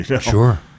Sure